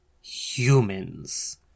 humans